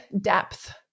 depth